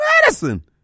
Madison